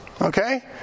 okay